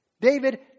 David